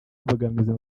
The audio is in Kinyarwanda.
imbogamizi